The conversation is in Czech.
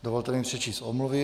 Dovolte mi přečíst omluvy.